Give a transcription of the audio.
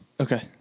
Okay